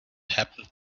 happened